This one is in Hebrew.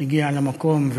הגיע למקום,